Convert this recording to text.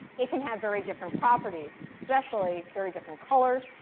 it can have very different properties. especially very different colors.